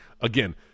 again